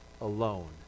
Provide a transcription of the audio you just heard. alone